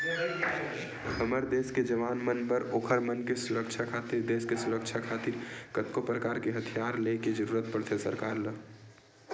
हमर देस के जवान मन बर ओखर मन के सुरक्छा खातिर देस के सुरक्छा खातिर कतको परकार के हथियार ले के जरुरत पड़थे सरकार ल